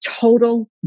total